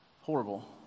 Horrible